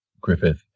Griffith